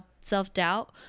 self-doubt